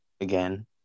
again